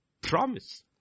promise